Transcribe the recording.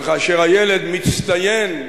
וכאשר הילד מצטיין,